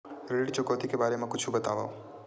ऋण चुकौती के बारे मा कुछु बतावव?